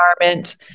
environment